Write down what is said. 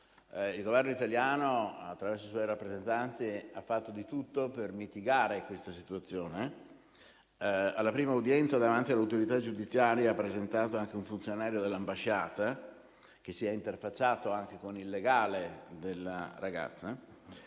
Il Governo italiano, attraverso i suoi rappresentanti, ha fatto di tutto per mitigare questa situazione. Alla prima udienza davanti all'autorità giudiziaria ha presenziato anche un funzionario dell'ambasciata, che si è interfacciato con il legale della ragazza.